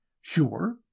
Sure